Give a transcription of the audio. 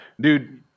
dude